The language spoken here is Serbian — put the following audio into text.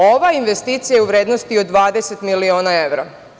Ova investicija je u vrednosti 20 miliona evra.